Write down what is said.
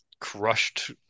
crushed